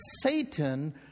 Satan